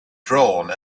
drawn